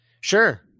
sure